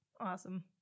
Awesome